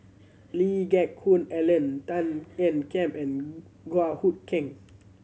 Lee Geck Hoon Ellen Tan Ean Kiam and Goh Hood Keng